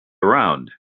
around